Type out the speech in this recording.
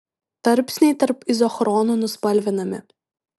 tarpsniai tarp izochronų nuspalvinami